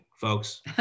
folks